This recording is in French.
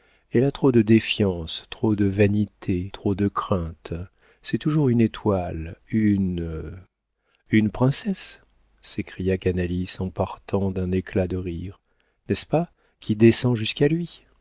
elle a trop de défiance trop de vanité trop de crainte c'est toujours une étoile une une princesse s'écria canalis en partant d'un éclat de rire n'est-ce pas qui descend jusqu'à lui